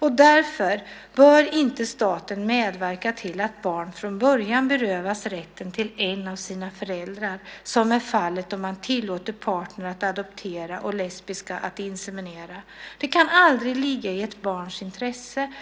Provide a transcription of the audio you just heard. Därför bör inte staten medverka till att barn från början berövas rätten till en av sina föräldrar, som är fallet då man tillåter partner att adoptera och lesbiska att inseminera. Det kan aldrig ligga i ett barns intresse.